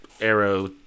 arrow